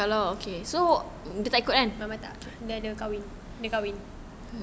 mama tak dia ada kahwin dia kahwin